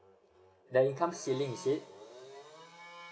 the income ceiling is it